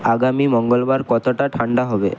আগামী মঙ্গলবার কতটা ঠান্ডা হবে